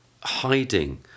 hiding